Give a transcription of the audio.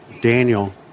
Daniel